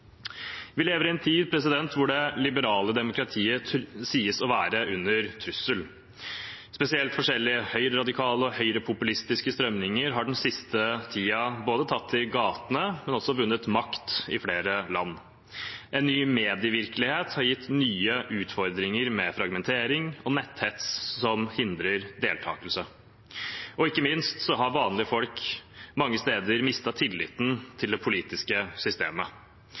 Vi lever i en tid da det liberale demokratiet sies å være truet. Spesielt forskjellige høyreradikale og høyrepopulistiske strømninger har den siste tiden tatt til gatene og også vunnet makt i flere land. En ny medievirkelighet har gitt oss nye utfordringer med fragmentering og netthets, noe som hindrer deltakelse. Ikke minst har vanlige folk mange steder mistet tilliten til det politiske systemet.